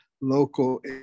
local